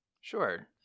Sure